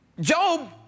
Job